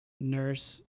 nurse